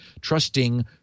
trusting